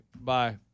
Bye